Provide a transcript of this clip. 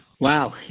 Wow